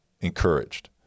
encouraged